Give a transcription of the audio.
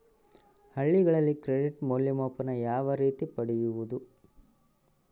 ಹಳ್ಳಿಗಳಲ್ಲಿ ಕ್ರೆಡಿಟ್ ಮೌಲ್ಯಮಾಪನ ಯಾವ ರೇತಿ ಪಡೆಯುವುದು?